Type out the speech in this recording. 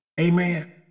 Amen